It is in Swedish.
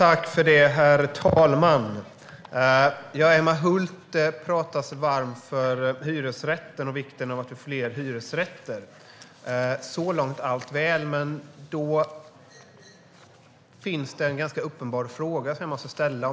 Herr talman! Emma Hult talar sig varm för hyresrätten och vikten av att vi får fler hyresrätter. Så långt är allt väl. Men det finns en ganska uppenbar fråga som jag måste ställa.